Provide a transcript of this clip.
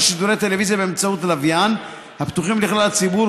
שידורי טלוויזיה באמצעות לוויין הפתוחים לכלל הציבור,